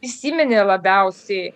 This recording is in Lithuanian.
įsiminė labiausiai